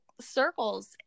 circles